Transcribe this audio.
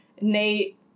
Nate